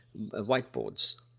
whiteboards